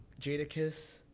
Jadakiss